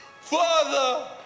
Father